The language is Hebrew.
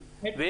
ביום,